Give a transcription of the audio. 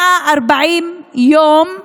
140 יום,